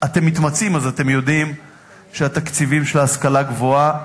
אתם מתמצאים אז אתם יודעים שהתקציבים של ההשכלה הגבוהה,